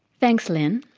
thanks lynne.